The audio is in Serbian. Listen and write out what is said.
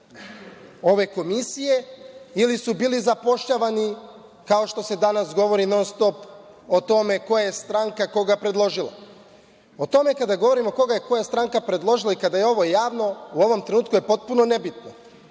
ove Komisije ili su bili zapošljavani kao što se danas govori non-stop o tome, koja je stranka koja ga je predložila. Kada govorimo koga je koja stranka predložila i kada je ovo javno, u ovom trenutku je potpuno nebitno,